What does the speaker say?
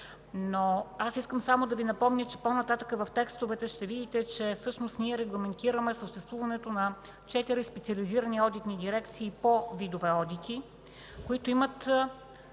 Искам само да Ви напомня, че по-нататък в текстовете ще видите, че всъщност ние регламентираме съществуването на четири специализирани одитни дирекции по видове одити, които имат